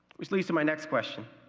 which leads to my next question